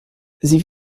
sie